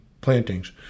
plantings